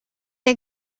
der